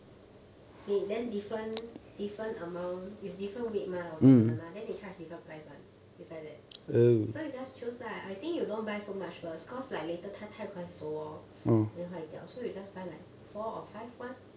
they then different different amount is different weight mah of the banana then they charge different price [one] is like that so you just choose lah I think you don't buy so much first because like later 太太快熟 hor then 坏掉 so you just buy like four or five [one]